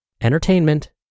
entertainment